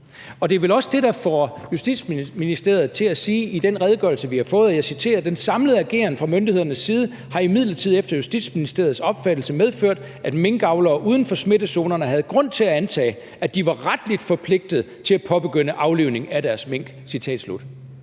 og det er vel også det, der får Justitsministeriet til at sige i den redegørelse, vi har fået: »Den samlede ageren fra myndighedernes side har imidlertid efter Justitsministeriets opfattelse medført, at minkavlerne uden for smittezonerne havde grund til at antage, at de var retligt forpligtet til at påbegynde aflivning af deres mink.«